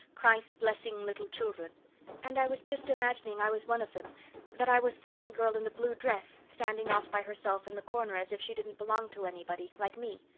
christ blessing little children and i was just imagining i was one of them that i was the little girl in the blue dress, standing off by herself in the corner as if she didn't belong to anybody, like me.